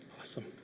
Awesome